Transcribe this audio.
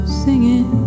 singing